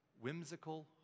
Whimsical